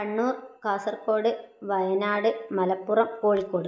Kannur Kasaragod Wayanad Malappuram Kozhikode